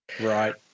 Right